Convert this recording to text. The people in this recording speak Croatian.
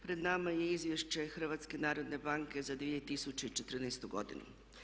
Pred nama je Izvješće HNB-a za 2014. godinu.